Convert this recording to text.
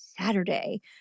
Saturday